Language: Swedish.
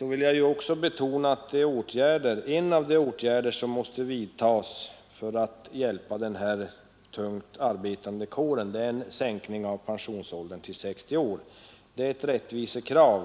vill jag i förbigående sagt betona, att en av de åtgärder som måste vidtas för att hjälpa denna tungt arbetande kår är att genomföra en sänkning av pensionsåldern till 60 år. Det är ett rättvisekrav.